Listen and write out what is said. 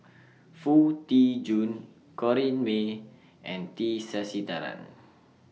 Foo Tee Jun Corrinne May and T Sasitharan